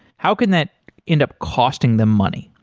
how can that end up costing them money?